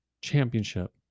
championship